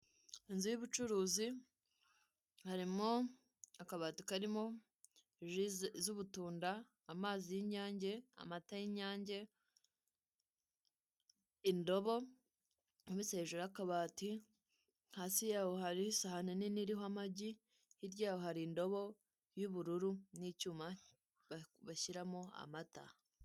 Inzu y'ubucuruzi harimo akabati karimo ji z'ubutunda, amazi y'inyange, amata y'inyange, indobo imanitse hejuru y'akabati, hasi yaho hari isahane nini iriho amagi hirya yaho hari indobo y'ubururu n'icyuma bashyiramo amata.